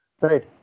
Right